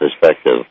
perspective